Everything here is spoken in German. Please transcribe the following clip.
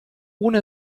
ohne